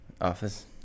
Office